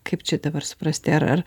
kaip čia dabar suprasti ar ar